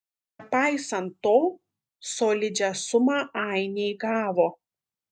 nepaisant to solidžią sumą ainiai gavo